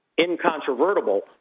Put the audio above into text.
incontrovertible